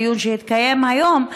באמצעות הדיון שהתקיים היום,